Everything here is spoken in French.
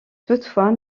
toutefois